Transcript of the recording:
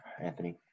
Anthony